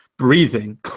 Breathing